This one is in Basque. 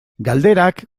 galderak